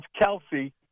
Kelsey